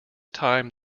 time